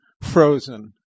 frozen